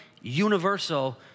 universal